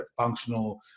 functional